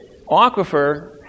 aquifer